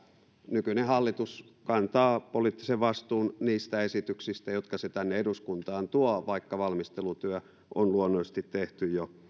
nykyinen hallitus kantaa poliittisen vastuun niistä esityksistä jotka se tänne eduskuntaan tuo vaikka valmistelutyö on luonnollisesti tehty jo